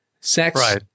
Sex